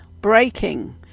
Breaking